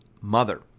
mother